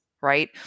Right